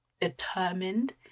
determined